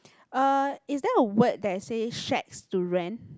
uh is there a word that says shacks to rent